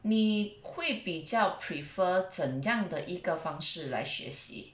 你会比较 prefer 怎样的一个方式来学习